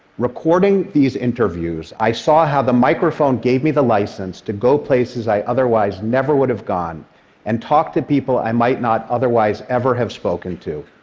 recording these interviews, i saw how the microphone gave me the license to go places i otherwise never would have gone and talk to people i might not otherwise ever have spoken to.